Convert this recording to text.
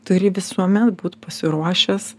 turi visuomet būt pasiruošęs